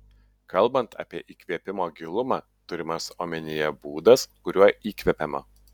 kalbant apie įkvėpimo gilumą turimas omenyje būdas kuriuo įkvepiama